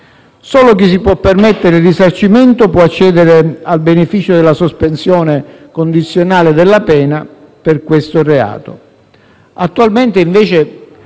solo chi si può permettere il risarcimento può accedere al beneficio della sospensione condizionale della pena per questo reato.